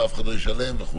ואף אחד לא ישלם וכו'.